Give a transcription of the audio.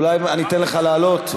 אולי אתן לך לעלות,